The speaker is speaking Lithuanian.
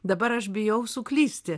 dabar aš bijau suklysti